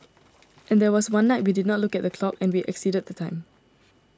and there was one night we did not look at the clock and we exceeded the time